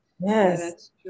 Yes